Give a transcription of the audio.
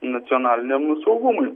nacionaliniam saugumui